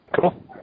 Cool